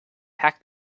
packed